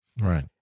Right